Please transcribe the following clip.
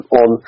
on